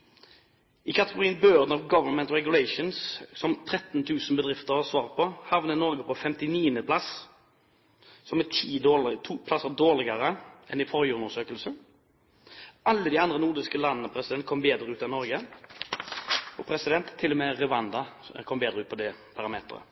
i offentlige reguleringer. I kategorien Burden of government regulations, som 13 000 bedrifter har svart på, havner Norge på 59. plass, som er ti plasser dårligere enn i forrige undersøkelse. Alle de andre nordiske landene kom bedre ut enn Norge. Til og med Rwanda kom bedre ut på den parameteren.